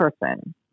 person